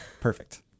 Perfect